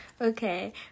Okay